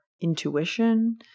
intuition